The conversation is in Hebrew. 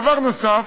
דבר נוסף,